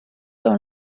dans